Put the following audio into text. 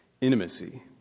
intimacy